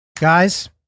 Guys